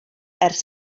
ers